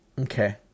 Okay